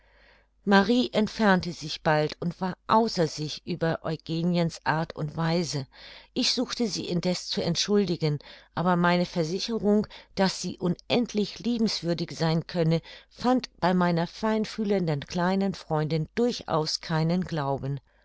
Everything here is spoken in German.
marie entfernte sich bald und war außer sich über eugeniens art und weise ich suchte sie indeß zu entschuldigen aber meine versicherung daß sie unendlich liebenswürdig sein könne fand bei meiner feinfühlenden kleinen freundin durchaus keinen glauben